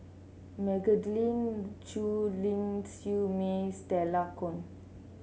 Magdalene Khoo Ling Siew May Stella Kon